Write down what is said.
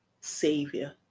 Savior